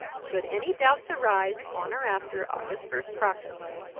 should any doubts arise, on or after august first proximo,